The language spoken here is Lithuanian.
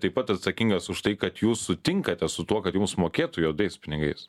taip pat atsakingas už tai kad jūs sutinkate su tuo kad jums mokėtų juodais pinigais